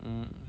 um